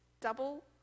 double